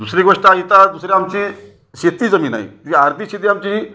दुसरी गोष्ट आहे इथं दुसरी आमची शेती जमीन आहे ती अर्धी शेती आमची